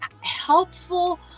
helpful